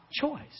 choice